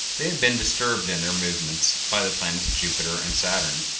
they had been disturbed in their movements by the planets jupiter and saturn,